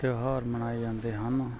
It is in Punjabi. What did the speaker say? ਤਿਉਹਾਰ ਮਨਾਏ ਜਾਂਦੇ ਹਨ